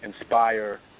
inspire